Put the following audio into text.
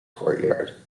courtyard